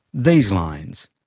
these lines,